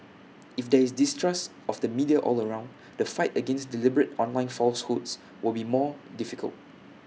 if there is distrust of the media all around the fight against deliberate online falsehoods will be more difficult